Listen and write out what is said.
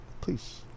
please